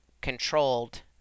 controlled